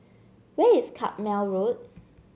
where is Carpmael Road